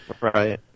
Right